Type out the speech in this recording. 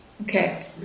Okay